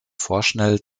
vorschnell